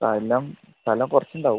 ആ സ്ഥലം സ്ഥലം കുറച്ചുണ്ടാവും